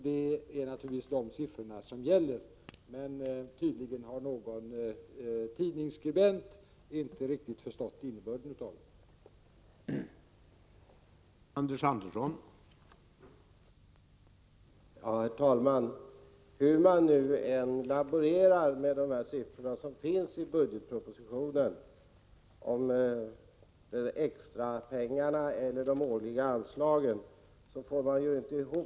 Det är naturligtvis dessa siffror som gäller, 35 men tydligen har någon tidningsskribent inte riktigt förstått innebörden av detta.